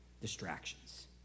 distractions